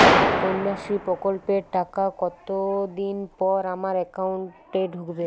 কন্যাশ্রী প্রকল্পের টাকা কতদিন পর আমার অ্যাকাউন্ট এ ঢুকবে?